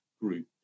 group